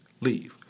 leave